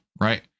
right